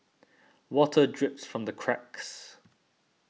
water drips from the cracks